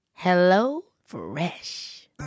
HelloFresh